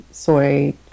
Soy